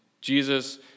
Jesus